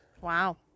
Wow